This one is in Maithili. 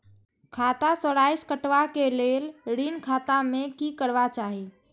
खाता स राशि कटवा कै लेल ऋण खाता में की करवा चाही?